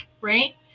right